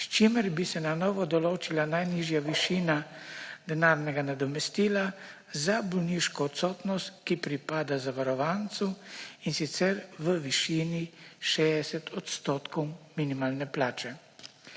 s čimer bi se na novo določila najnižja višina denarnega nadomestila za bolniško odsotnost, ki pripada zavarovancu, in sicer v višini 60 % minimalne plače.